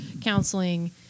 counseling